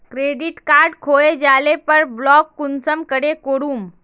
Credit card खोये जाले पर ब्लॉक कुंसम करे करूम?